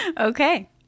Okay